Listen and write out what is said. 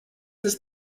ist